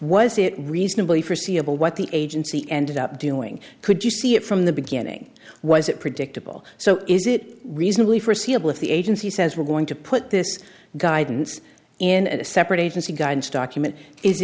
it reasonably foreseeable what the agency ended up doing could you see it from the beginning was it predictable so is it reasonably foreseeable if the agency says we're going to put this guidance in a separate agency guidance document is